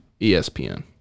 ESPN